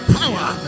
power